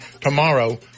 tomorrow